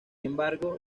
embargo